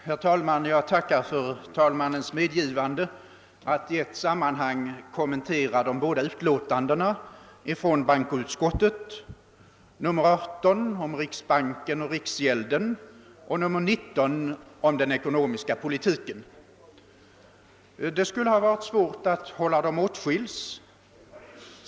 Herr talman! Jag tackar för talmannens medgivande att i ett sammanhang kommentera de båda utlåtandena från bankoutskottet, nr 18 om riksbanken och riksgäldskontoret och nr 19 om den ekonomiska politiken. Det skulle ha varit svårt att hålla dem åtskils.